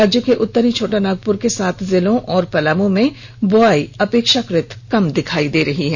राज्य के उत्तरी छोटानागपुर के सात जिलों और पलामू में बुआई अपेक्षाकृत कम दिखाई दे रहा है